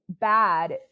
bad